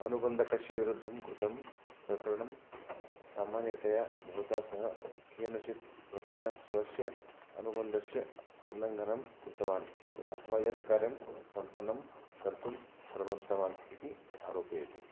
अनुबन्धकस्य विरुद्धं कृतं प्रकरणं सामान्यतया भवता सह केनचित् प्रकारेण स्वस्य अनुबन्धस्य उल्लङ्घनं कृतवान् अथवा यत् कार्यं सम्पन्नं कर्तुं प्रमत्तवान् इति आरोपयति